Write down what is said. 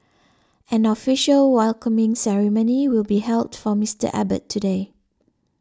an official welcoming ceremony will be held for Mister Abbott today